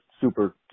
super